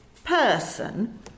Person